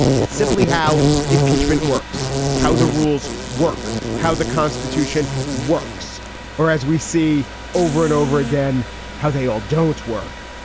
it's simply how impeachment works, how the rules work, how the constitution works, whereas we see over and over again how they all don't work.